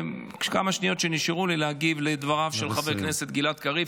בכמה השניות שנשארו לי אני רוצה להגיב לדבריו של חבר הכנסת גלעד קריב,